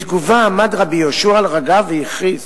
בתגובה עמד רבי יהושע על רגליו והכריז: